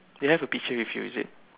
you have a picture with you is it